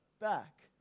back